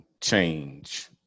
change